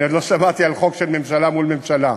אני עוד לא שמעתי על חוק של ממשלה מול ממשלה.